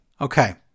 Okay